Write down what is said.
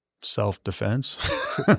self-defense